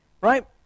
right